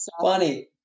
Funny